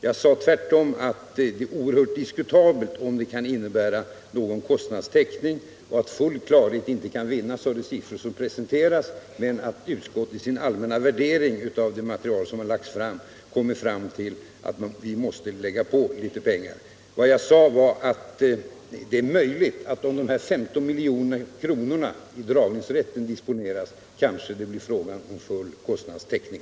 Jag framhöll tvärtom att det är diskutabel om det kan innebära någon kostnadstäckning och att full klarhet inte kan vinnas med de siffror som har presenterats men att utskottet i sin allmänna värdering av det material som föreligger har kommit fram till att vi måste lägga på litet pengar. Jag ansåg emellertid att om de 15 milj.kr. som finns i dragningsrätten disponeras, så är det möjligt att det blir fråga om full kostnadstäckning.